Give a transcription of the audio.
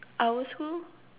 our school